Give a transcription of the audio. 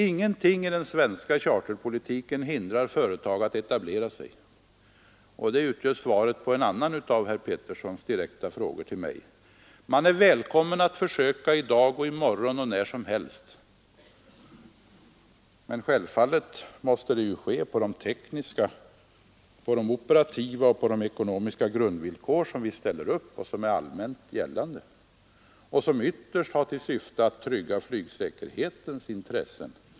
Ingenting i den svenska charterpolitiken hindrar företag att etablera sig — detta utgör svaret på en annan av herr Peterssons direkta frågor till mig. Man är välkommen att försöka göra det i dag, i morgon och när som helst. Men självfallet måste det ske på de tekniska, operativa och ekonomiska grundvillkor som vi ställer upp, som är allmänt gällande och som ytterst har till syfte att trygga flygsäkerheten.